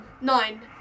nine